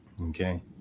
Okay